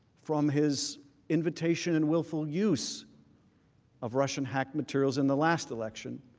from his invitation and willful use of russian hacked materials in the last election.